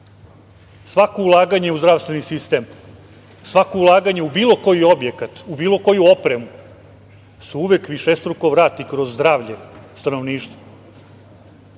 svako ulaganje u zdravstveni sistem, svako ulaganje u bilo koji objekat, u bilo koju opremu se uvek višestruko vrati kroz zdravlje stanovništva. Ponosan